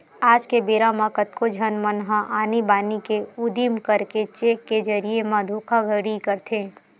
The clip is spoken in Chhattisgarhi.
आज के बेरा म कतको झन मन ह आनी बानी के उदिम करके चेक के जरिए म धोखाघड़ी करथे